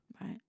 Right